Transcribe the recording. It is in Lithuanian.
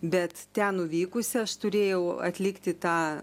bet ten nuvykusi aš turėjau atlikti tą